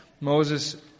Moses